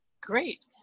Great